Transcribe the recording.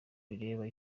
rireba